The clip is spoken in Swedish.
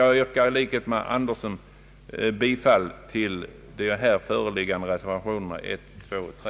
Jag yrkar i likhet med herr Andersson bifall till reservationerna 1a, 2 och 3.